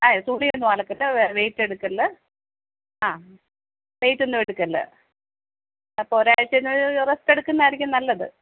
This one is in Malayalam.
ആ തുണിയൊന്നും അലക്കല്ല വെയ്റ്റ് എടുക്കല്ല ആ വെയ്റ്റ് ഒന്നും എടുക്കല്ല അപ്പോൾ ഒരാഴ്ച്ച റസ്റ്റ് എടുക്കുന്നത് ആയിരിക്കും നല്ലത്